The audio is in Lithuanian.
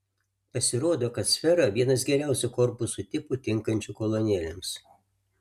pasirodo kad sfera vienas geriausių korpusų tipų tinkančių kolonėlėms